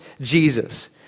Jesus